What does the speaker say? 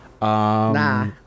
Nah